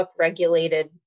upregulated